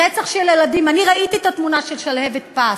רצח של ילדים, אני ראיתי את התמונה של שלהבת פס,